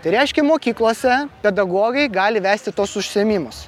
tai reiškia mokyklose pedagogai gali vesti tuos užsiėmimus